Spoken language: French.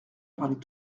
parlait